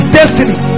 destiny